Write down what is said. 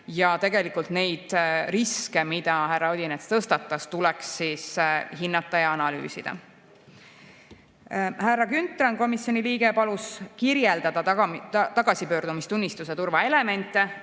Tegelikult neid riske, mida härra Odinets tõstatas, tuleks hinnata ja analüüsida. Härra Grünthal, komisjoni liige, palus kirjeldada tagasipöördumistunnistuse turvaelemente.